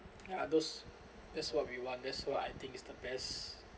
ya those that's what we want that's what I think is the best